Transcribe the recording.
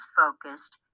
focused